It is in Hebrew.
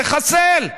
תחסל.